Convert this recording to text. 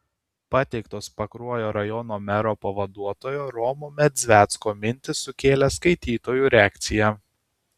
pateiktos pakruojo rajono mero pavaduotojo romo medzvecko mintys sukėlė skaitytojų reakciją